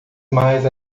mais